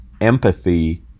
empathy